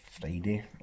Friday